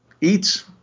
eats